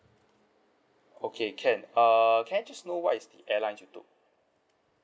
okay can err can I just know what's the airlines you took